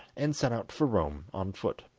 and set out for rome on foot.